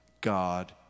God